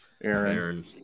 Aaron